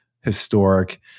historic